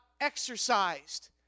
exercised